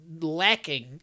lacking